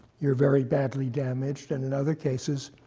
you're very badly damaged. and in other cases,